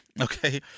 okay